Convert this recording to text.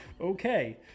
Okay